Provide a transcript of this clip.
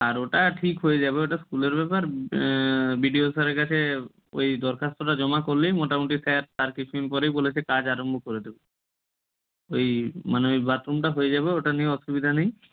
আর ওটা ঠিক হয়ে যাবে ওটা স্কুলের ব্যাপার বি ডি ও স্যারের কাছে ওই দরখাস্তটা জমা করলেই মোটামুটি স্যার তার কিছুদিন পরেই বলেছে কাজ আরম্ভ করে দেবে ওই মানে ওই বাথরুমটা হয়ে যাবে ওটা নিয়ে অসুবিধা নেই